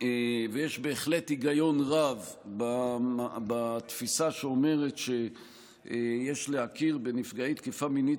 בהחלט היגיון רב בתפיסה שאומרת שיש להכיר בנפגעי תקיפה מינית